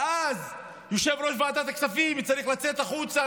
ואז יושב-ראש ועדת הכספים צריך לצאת החוצה,